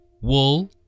wool